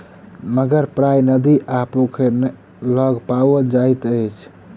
मगर प्रायः नदी आ पोखैर लग पाओल जाइत अछि